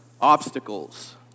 obstacles